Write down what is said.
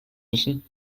müssen